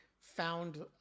found